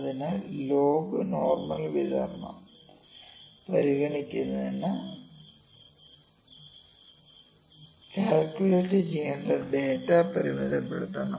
അതിനാൽ log normal വിതരണം പരിഗണിക്കുന്നതിന് കാല്കുലേറ്റു ചെയ്യണ്ട ഡാറ്റ പരിമിതപ്പെടുത്തണം